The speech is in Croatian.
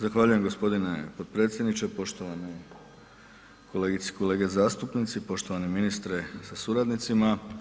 Zahvaljujem g. potpredsjedniče, poštovane kolegice i kolege zastupnici, poštovani ministre sa suradnicima.